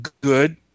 good